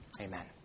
Amen